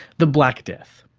the black death.